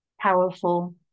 powerful